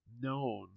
known